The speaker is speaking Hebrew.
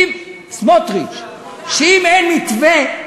שאם אין מתווה,